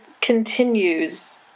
continues